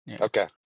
Okay